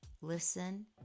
listen